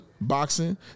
boxing